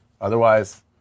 Otherwise